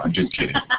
um just kidding!